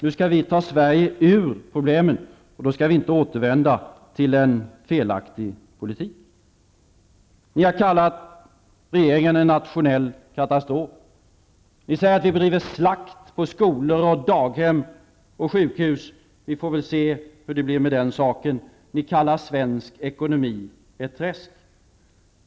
Nu skall vi ta Sverige ur problemen, och då skall vi inte återvända till en felaktig politik. Ni har kallat regeringen en nationell katastrof. Ni säger att vi bedriver slakt på skolor, daghem och sjukhus. Vi får väl se hur det blir med den saken. Ni kallar svensk ekonomi ett träsk.